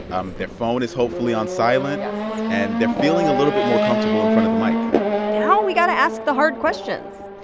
um their phone is hopefully on silent yes and they're feeling a little bit more comfortable in front of the mic now we got to ask the hard questions.